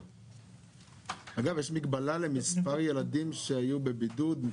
יש מגבלה למספר ילדים שהיו בבידוד?